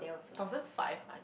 thousand five ah